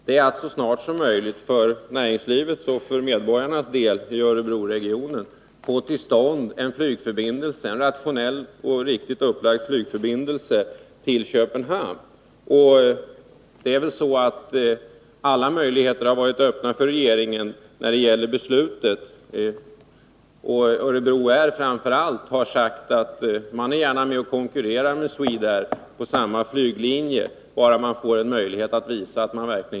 Vad det verkligen handlar om är att för näringslivet och för medborgarna i Örebroregionen så snart som möjligt få till stånd en rationellt och riktigt upplagd flygförbindelse till Köpenhamn. Alla möjligheter har stått öppna för regeringen när det gäller beslutet. Örebro Air har sagt att man gärna är med och konkurrerar med Swedair på samma flyglinje.